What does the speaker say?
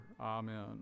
Amen